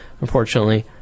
unfortunately